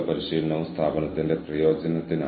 അതിനാൽ നിങ്ങൾ ഷോ പ്രവർത്തിപ്പിക്കുന്നത് ഇങ്ങനെയാണ്